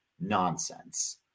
nonsense